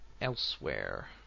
elsewhere